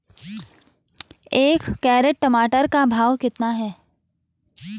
एक कैरेट टमाटर का भाव कितना है?